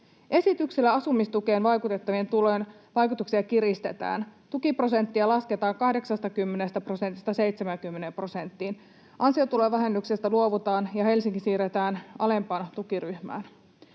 Esityksellä asumistukeen vaikuttavien tulojen vaikutuksia kiristetään, tukiprosenttia lasketaan 80 prosentista 70 prosenttiin, ansiotulovähennyksestä luovutaan ja Helsinki siirretään alempaan tukiryhmään.